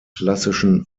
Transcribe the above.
klassischen